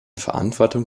verantwortung